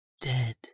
dead